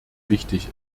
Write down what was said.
wichtig